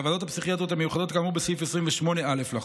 ולוועדות הפסיכיאטריות המיוחדות כאמור בסעיף 28א לחוק,